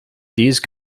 these